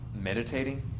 meditating